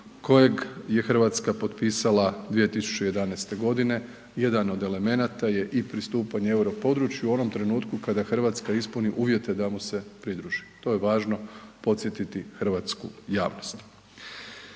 kojeg je Hrvatska potpisala 2011. godine jedan od elementa je i pristupanje euro području u onom trenutku kada Hrvatska ispuni uvjeti da mu se pridruži, to je važno podsjetiti hrvatsku javnost.